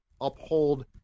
uphold